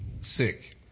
sick